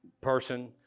person